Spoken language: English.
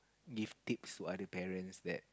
give tips to other parents that